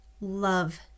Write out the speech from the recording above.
Love